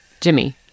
Jimmy